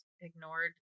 ignored